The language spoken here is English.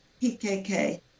PKK